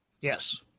Yes